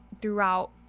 throughout